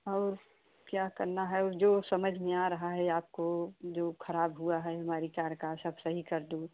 और क्या करना है जो समझ में आ रहा है आपको जो ख़राब हुआ है हमारी कार सब सही कर दो